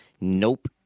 Nope